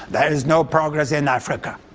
there is no progress in africa.